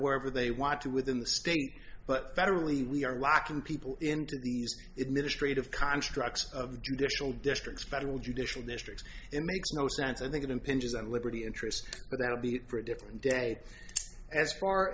wherever they want to within the state but federally we are locking people into the it ministry of contracts of the judicial district special judicial district it makes no sense i think it impinges on liberty interest but that would be it for a different day as far